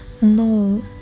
No